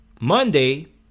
Monday